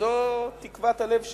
וזאת תקוות הלב שלי,